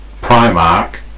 Primark